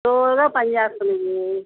స్లోగా పని చేస్తుంది